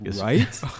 Right